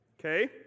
Okay